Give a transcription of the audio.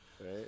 Right